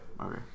Okay